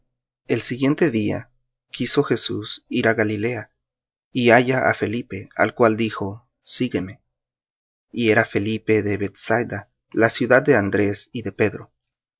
el siguiente día quiso jesús ir á galilea y halla á felipe al cual dijo sígueme y era felipe de bethsaida la ciudad de andrés y de pedro